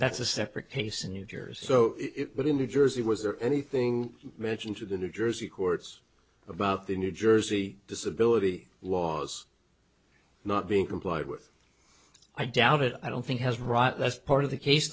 that's a separate case in new jersey so it went into jersey was there anything mentioned to the new jersey courts about the new jersey disability was not being complied with i doubt it i don't think has right that's part of the case